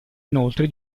inoltre